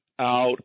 out